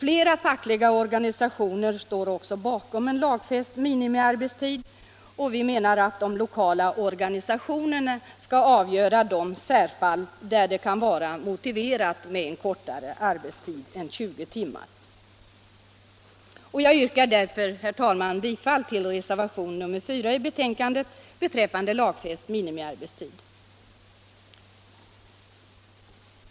Många fackliga organisationer står även bakom kravet på en lagfäst minimiarbetstid. Vi anser att de lokala organisationerna skall avgöra de särfall där det kan vara motiverat med en kortare arbetstid än 20 timmar. Jag yrkar därför, herr talman, bifall till reservationen 4 i betänkandet.